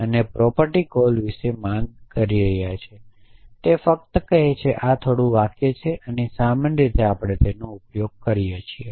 અને property call વિશે માંગ કરી રહી છે તે ફક્ત કહે છે કે આ થોડું વાક્ય છે અને સામાન્ય રીતે આપણે તેનો ઉપયોગ કરીએ છીએ